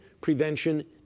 prevention